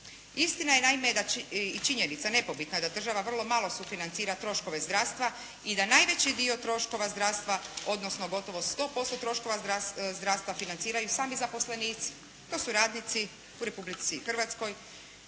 Istina je naime i činjenica nepobitna da država vrlo malo sufinancira troškove zdravstva i da najveći dio troškova zdravstva odnosno gotovo sto posto troškova zdravstva financiraju sami zaposlenici. To su radnici u Republici Hrvatskoj